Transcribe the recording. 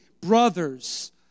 brothers